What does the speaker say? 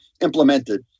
implemented